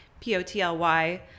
p-o-t-l-y